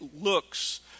looks